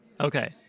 Okay